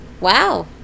Wow